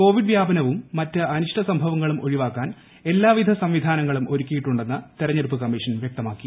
കോ്പിഡ് വ്യാപനവും മറ്റ് അനിഷ്ട സംഭവങ്ങളും ഒഴിവാക്കാൻ എല്ലാവിധ സംവിധാനങ്ങളും ഒരുക്കിയിട്ടുണ്ടെന്ന് തെരഞ്ഞെടുപ്പ് കമ്മീഷൻ വൃക്തമാക്കി